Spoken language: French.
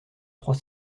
trois